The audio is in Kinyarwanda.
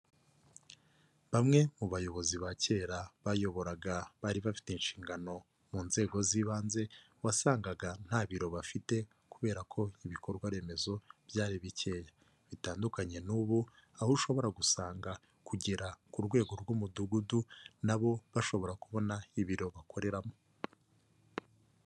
Bamwe mu bayobozi ba kera bayoboraga bari bafite inshingano mu nzego z'ibanze, wasangaga nta biro bafite kubera ko ibikorwa remezo byari bikeya, bitandukanye n'ubu aho ushobora gusanga kugera ku rwego rw'umudugudu, nabo bashobora kubona ibiro bakoreramo.